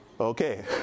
Okay